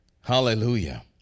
Hallelujah